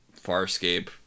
Farscape